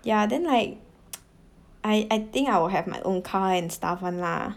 yeah then like I I think I will have my own car and stuff [one] lah